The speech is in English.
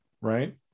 right